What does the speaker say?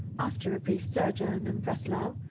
after a brief sojourn in breslau,